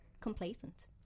complacent